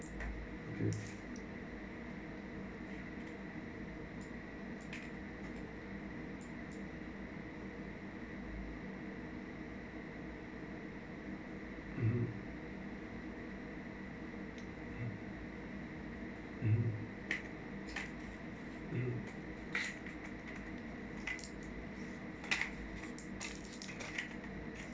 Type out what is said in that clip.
mm mmhmm mmhmm mmhmm